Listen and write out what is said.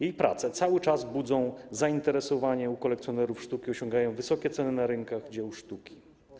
Jej prace cały czas budzą zainteresowanie u kolekcjonerów sztuki, osiągają wysokie ceny na rynkach dzieł sztuki.